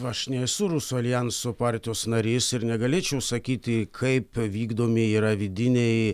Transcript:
aš nesu rusų aljanso partijos narys ir negalėčiau sakyti kaip vykdomi yra vidiniai